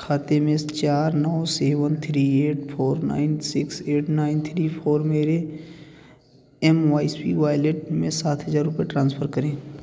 खाते में चार नौ seven three eight four nine six eight nine three four मेरे एमवाइस्पी वाइलेट में सात हज़ार रुपये ट्रांसफ़र करें